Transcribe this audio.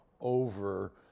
over